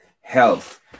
health